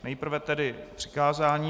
nejprve tedy přikázání.